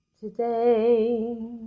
today